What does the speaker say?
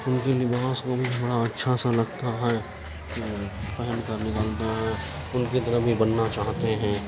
ان کی لباس مجھے بڑا اچھا سا لگتا ہے پہن کر نکلتے ہیں ان کی طرح بھی بننا چاہتے ہیں